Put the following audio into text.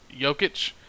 Jokic